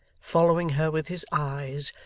following her with his eyes,